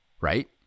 Right